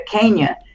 Kenya